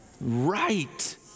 right